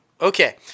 Okay